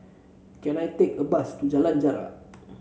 can I take a bus to Jalan Jarak